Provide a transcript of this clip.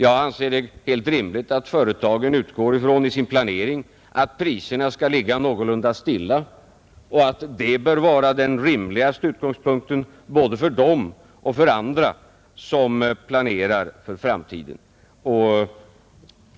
Jag anser det helt rimligt att företagen i sin planering utgår ifrån att priserna skall ligga någorlunda stilla och att det bör vara den rimligaste utgångspunkten både för dem och för andra som planerar för framtiden.